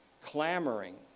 clamoring